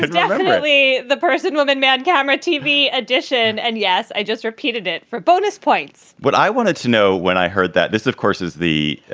definitely the person woman mad gamora, tv addition. and yes, i just repeated it for bonus points but i wanted to know when i heard that this, of course, is the